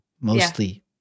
mostly